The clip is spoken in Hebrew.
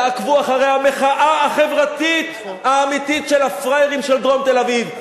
תעקבו אחרי המחאה החברתית האמיתית של "הפראיירים" של דרום תל-אביב.